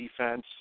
defense